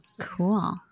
Cool